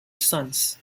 sons